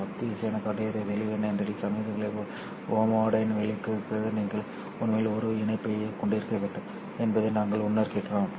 ஒத்திசைவான கண்டறிதலில் ஏனெனில் சமிக்ஞையின் ஹோமோடைன் விலக்குக்கு நீங்கள் உண்மையில் ஒரு இணைப்பைக் கொண்டிருக்க வேண்டும் என்பதை நாங்கள் உணர்கிறோம்